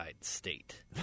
state